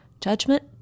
Judgment